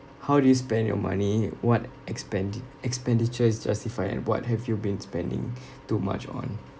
how do you spend your money what expendi~ expenditure is justified and what have you been spending too much on